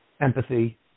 empathy